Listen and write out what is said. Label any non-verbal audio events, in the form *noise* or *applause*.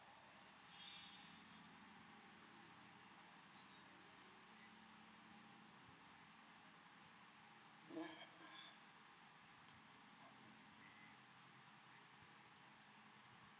*noise*